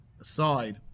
aside